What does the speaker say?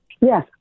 Yes